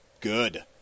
good